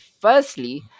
Firstly